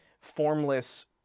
formless